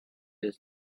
liz